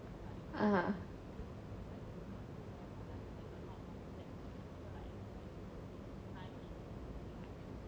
(uh huh)